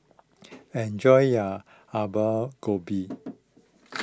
enjoy your Gobi